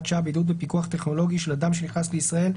שעה) (בידוד בפיקוח טכנולוגי של אדם שנכנס לישראל),